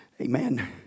Amen